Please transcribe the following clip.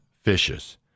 fishes